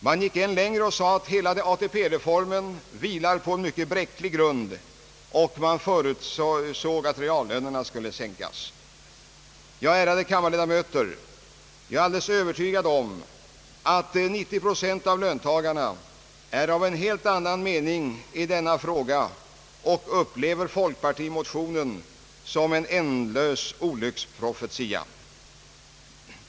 Man gick än längre och sade att hela ATP-reformen vilade på mycket bräcklig grund, och man förutsåg att reallönerna skulle sänkas. Ärade kammarledamöter! Jag är alldeles övertygad om att 90 procent av löntagarna är av helt annan mening i denna fråga och upplever folkpartimotionen som en ändlös olycksprofetia.